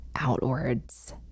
outwards